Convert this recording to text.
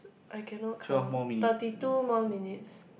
I cannot count thirty two more minutes